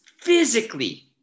physically